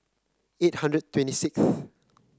eight hundred twenty sixth